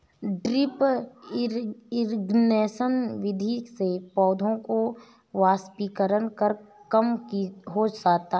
drip irrigation विधि से पौधों में वाष्पीकरण कम हो जाता है